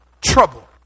Trouble